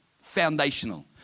foundational